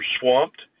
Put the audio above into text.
swamped